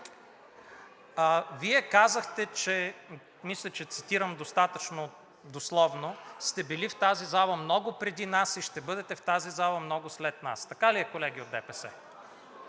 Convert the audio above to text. Вие казахте – мисля, че цитирам достатъчно дословно – че сте били в тази зала много преди нас и ще бъдете в тази зала много след нас. Така ли е, колеги от ДПС?